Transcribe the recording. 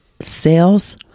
sales